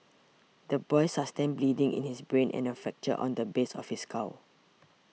the boy sustained bleeding in his brain and a fracture on the base of his skull